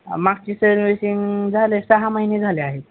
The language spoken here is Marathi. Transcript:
मागची सर्विसिंग झाले सहा महिने झाले आहेत